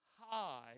high